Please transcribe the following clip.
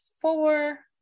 four